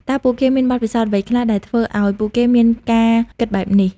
តើពួកគេមានបទពិសោធន៍អ្វីខ្លះដែលធ្វើឲ្យពួកគេមានការគិតបែបនេះ?